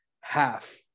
half